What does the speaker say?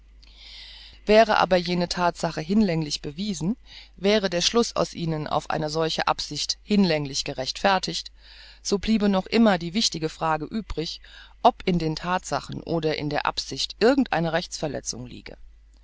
wären aber jene thatsachen hinlänglich bewiesen wäre der schluß aus ihnen auf eine solche absicht hinlänglich gerechtfertigt so bliebe noch immer die wichtige frage übrig ob in den thatsachen oder in der absicht irgend eine rechtsverletzung liege